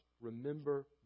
remember